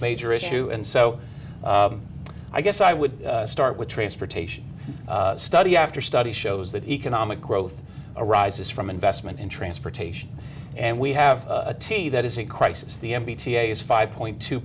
major issue and so i guess i would start with transportation study after study shows that economic growth arises from investment in transportation and we have a t v that is in crisis the m b t is five point two